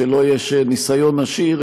שלו יש ניסיון עשיר,